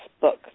book